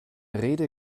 rede